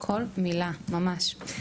כל מילה, ממש.